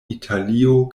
italio